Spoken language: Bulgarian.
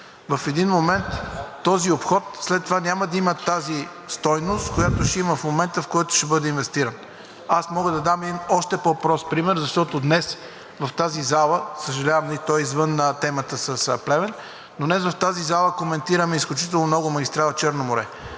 в един момент този обход след това няма да има тази стойност, която ще има в момента, в който ще бъде инвестиран. Мога да дам и още по-прост пример, защото днес в тази зала, съжалявам, той е извън темата с Плевен, но днес в тази зала коментираме, изключително много магистрала „Черно море“.